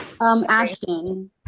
Ashton